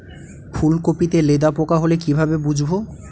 ফুলকপিতে লেদা পোকা হলে কি ভাবে বুঝবো?